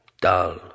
dull